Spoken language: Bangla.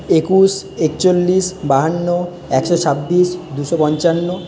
একুশ একচল্লিশ বাহান্ন একশো ছাব্বিশ দুশো পঞ্চান্ন